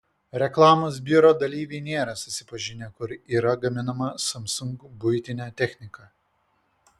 reklamos biuro dalyviai nėra susipažinę kur yra gaminama samsung buitinė technika